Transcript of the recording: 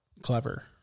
clever